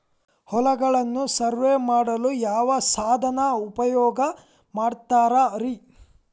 ಹೊಲಗಳನ್ನು ಸರ್ವೇ ಮಾಡಲು ಯಾವ ಸಾಧನ ಉಪಯೋಗ ಮಾಡ್ತಾರ ರಿ?